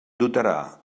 dotarà